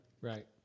Right